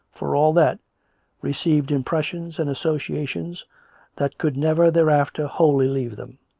for all that received impressions and associations that could never thereafter wholly leave them.